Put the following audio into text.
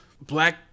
black